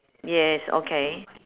yes okay